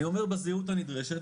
אני אומר בזהירות הנדרשת,